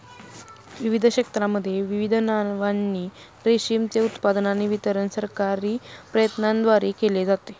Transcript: विविध क्षेत्रांमध्ये विविध नावांनी रेशीमचे उत्पादन आणि वितरण सरकारी प्रयत्नांद्वारे केले जाते